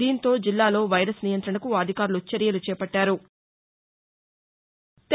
దీంతో జిల్లాలో వైరస్ నియం్రణకు అధికారులు చర్యలు చేపట్టారు